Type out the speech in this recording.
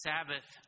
Sabbath